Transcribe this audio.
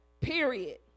period